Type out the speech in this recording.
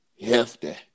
hefty